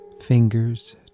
fingers